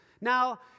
Now